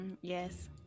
Yes